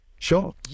sure